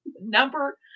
number